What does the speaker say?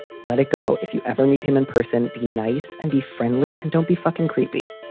let it go. if you ever meet him in person, be nice and be friendly. and don't be fucking creepy.